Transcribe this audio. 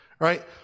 right